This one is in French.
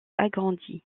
agrandie